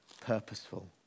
purposeful